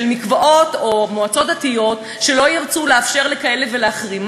מקוואות או מועצות דתיות שלא ירצו לאפשר לכאלה ולאחרים.